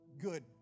good